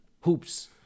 hoops